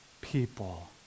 people